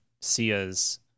Sia's